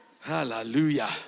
Hallelujah